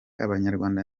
abanyarwanda